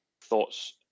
thoughts